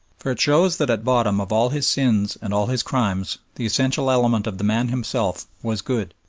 for it shows that at bottom of all his sins and all his crimes the essential element of the man himself was good.